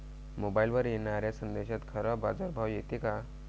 मोबाईलवर येनाऱ्या संदेशात खरा बाजारभाव येते का?